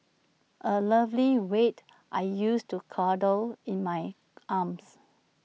A lovely weight I used to cradle in my arms